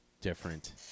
Different